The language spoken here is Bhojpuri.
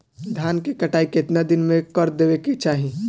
धान क कटाई केतना दिन में कर देवें कि चाही?